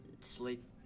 sleep